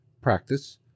practice